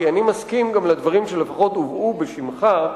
כי אני מסכים גם לדברים שלפחות הובאו בשמך,